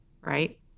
right